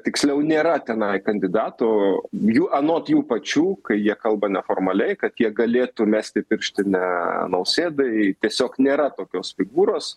tiksliau nėra tenai kandidato jų anot jų pačių kai jie kalba neformaliai kad jie galėtų mesti pirštinę nausėdai tiesiog nėra tokios figūros